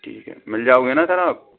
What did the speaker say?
ठीक है मिल जाओगे ना सर आप